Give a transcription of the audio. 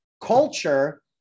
Culture